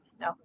No